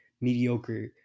mediocre